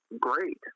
great